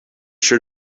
sure